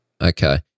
Okay